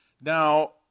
Now